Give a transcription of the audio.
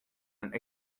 and